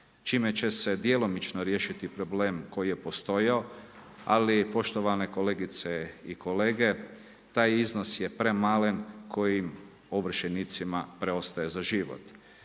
čime će se djelomično riješiti problem koji je postojao, ali poštovane kolegice i kolege, taj iznos je premalen kojim ovršenicima preostaje za život.